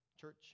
Church